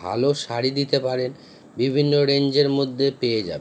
ভালো শাড়ি দিতে পারেন বিভিন্ন রেঞ্জের মধ্যে পেয়ে যাবেন